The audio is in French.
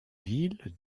ville